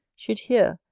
should hear,